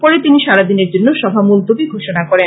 পরে তিনি সারাদিনের জন্য সভা মুলতুবী ঘোষনা করেন